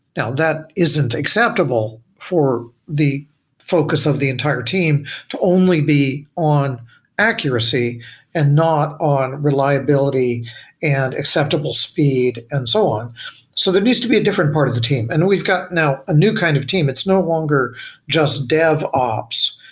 now that isn't acceptable for the focus of the entire team to only be on accuracy and not on reliability and acceptable speed and so on so that needs to be a different part of the team, and we've got now a new kind of team. it's no longer just dev ops.